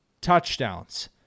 touchdowns